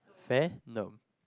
Venom